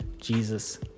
Jesus